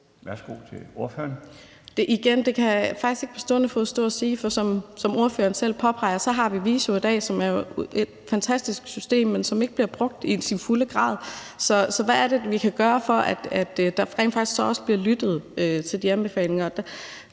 Igen vil jeg sige, at det kan jeg faktisk ikke sige på stående fod. For som ordføreren selv påpeger, har vi VISO i dag, som er et fantastisk system, men som ikke bliver brugt i sin fulde udstrækning. Så hvad er det, vi kan gøre, for at der rent faktisk også bliver lyttet til de anbefalinger?